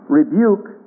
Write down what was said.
rebuke